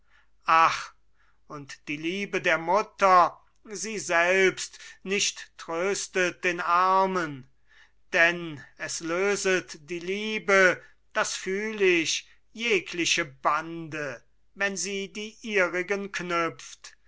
ach und die liebe der mutter sie selbst nicht tröstet den armen denn es löset die liebe das fühl ich jegliche bande wenn sie die ihrigen knüpft